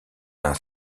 d’un